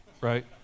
right